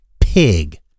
pig